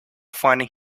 finding